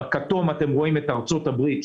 בכתום אתם רואים את ארצות הברית,